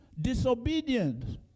Disobedience